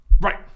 Right